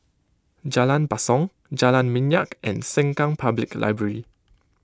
Jalan Basong Jalan Minyak and Sengkang Public Library